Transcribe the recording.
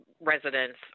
residents